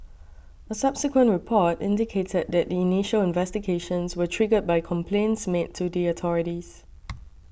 a subsequent report indicated that the initial investigations were triggered by complaints made to the authorities